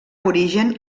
origen